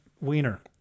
wiener